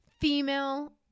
female